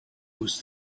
was